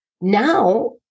Now